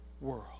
world